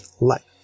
life